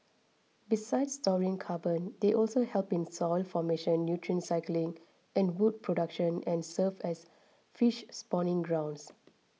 besides storing carbon they also help in soil formation nutrient cycling and wood production and serve as fish spawning grounds